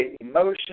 emotion